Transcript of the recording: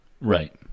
Right